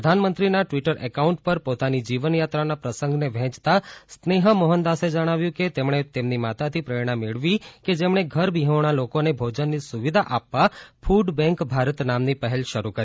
પ્રધાનમંત્રીના Twitter account પર પોતાની જીવનયાત્રાના પ્રસંગને વહેંચતા સ્નેહા મોહનદાસે જણાવ્યું કે તેમણે તેમની માતાથી પ્રેરણા મેળવી કે જેમણે ઘરબિહોણા લોકોને ભોજનની સુવિધા આપવા ક્રડ બેંક ભારત નામની પહેલ શરૂ કરી